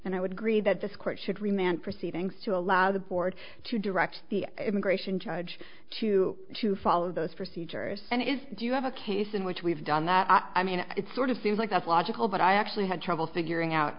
and i would agree that this court should remain proceedings to allow the board to direct the immigration judge to to follow those procedures and it is do you have a case in which we've done that i mean it's sort of seems like that's logical but i actually had trouble figuring out